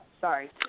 sorry